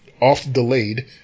off-delayed